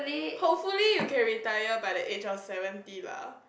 hopefully you can retire by the age of seventy lah